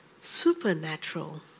supernatural